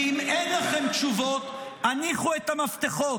ואם אין לכם תשובות, הניחו את המפתחות.